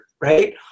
right